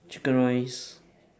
chicken rice